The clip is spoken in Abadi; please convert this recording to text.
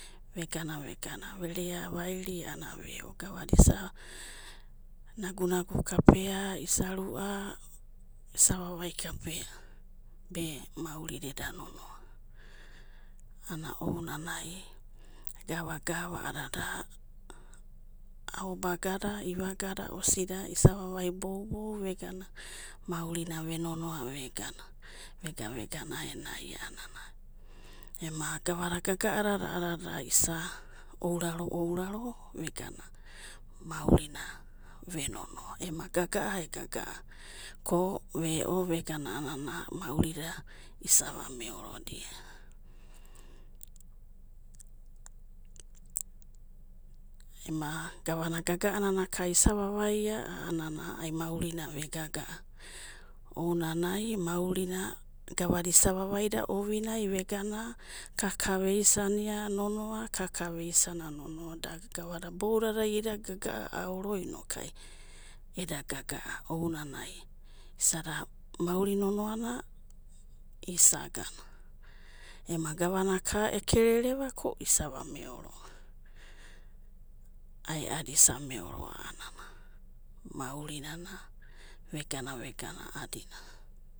Vegana vegana, verea vairi a'anana ve'o, gavada isa nagu'nagu kapea isa, rua isa vavai kapea, be maurida eda nonoa, ana ounanai gavagava a'anana ao'bagada, ivagada osida isa vavai boubou vegana maurina ve'nonoa vegana, vegavega aenanai'ai a'anana, ema gavada gaga'adada a'anana isa ouraro, ouraro vegana maurina ve'nonoa, ema gaga'a ana gaga'a ko ve'o vegana a'anana maurida isa va'meorodia. Ema gavana gaga'anana ka isa vavaia, a'anana ai'maurina ovinai vegana kaka veisania nonoa kakaveisa mia nonoa, da gavada iboudadai eda gaga'a aoro inokai, eda gaga'a ounanai isada mauri nonoanai isagana, ema gavaraka e'kerereva ko isa va'meoroa, aedi isa meoro a'anana maurina vegana vegana.